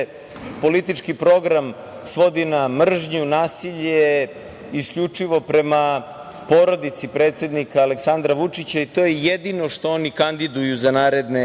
politički program svodi na mržnju, nasilje, isključivo prema porodici predsednika Aleksandra Vučća, i to je jedino što oni kandiduju za naredne